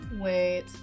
wait